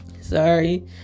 sorry